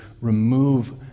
remove